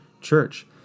church